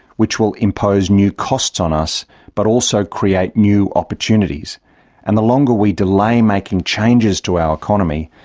which will impose new costs on us but also create new opportunities and the longer we delay making changes to our economy,